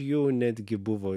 jų netgi buvo